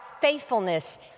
faithfulness